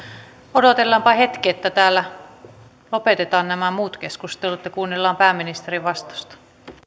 odotellaanpa hetki että täällä lopetetaan nämä muut keskustelut ja kuunnellaan pääministerin vastausta